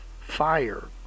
fire